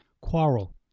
quarrel